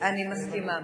אני מסכימה.